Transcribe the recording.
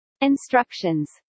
instructions